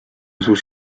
sus